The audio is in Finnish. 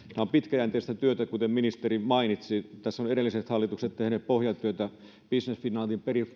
on pitkäjänteistä työtä kuten ministeri mainitsi tässä ovat edelliset hallitukset tehneet pohjatyötä business finlandin